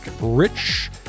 rich